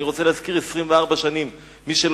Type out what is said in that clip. אני רוצה להזכיר,